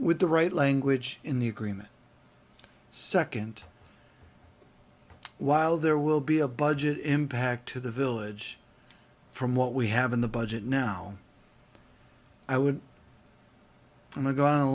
with the right language in the agreement second while there will be a budget impact to the village from what we have in the budget now i would